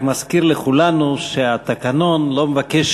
אני רק מזכיר לכולנו שהתקנון לא מבקש